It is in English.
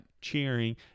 cheering